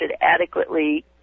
adequately